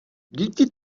díky